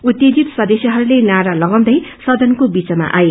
उत्तेजित सदस्यहरूले नारा लागाउँदै सदनको बीचमा आए